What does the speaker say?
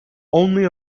only